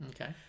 Okay